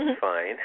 fine